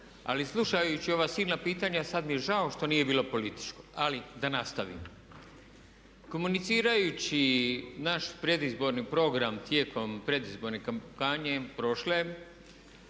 Ali slušajući ova silna pitanja sada mi je žao što nije bilo političko. Ali da nastavim. Komunicirajući naš predizborni program tijekom predizborne kampanje prošle